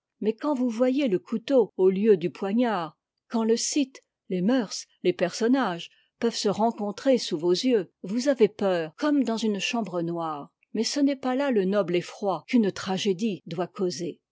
mais quand vous voyez le couteau au lieu du poignard quand le site les mœurs les personnages peuvent se rencontrer sous vos yeux vous avez peur comme dans une chambre noire mais ce n'est pas là le noble effroi qu'une tragédie doit causer